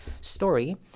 story